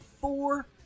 four